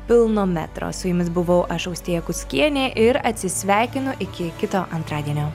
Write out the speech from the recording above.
pilno metro su jumis buvau aš austėja kuskienė ir atsisveikinu iki kito antradienio